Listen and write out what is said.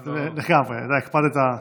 אתה הקפדת,